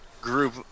group